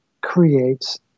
creates